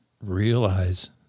realize